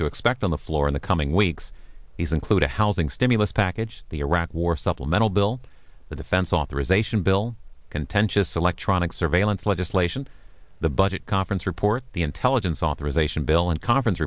to expect on the floor in the coming weeks these include a housing stimulus package the iraq war supplemental bill the defense authorization bill contentious electronic surveillance legislation the budget conference report the intelligence authorization bill and conference